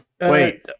Wait